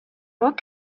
what